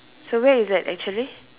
so where is that actually